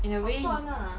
in a way